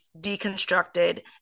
deconstructed